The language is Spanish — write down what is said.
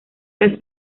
las